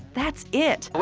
that's it.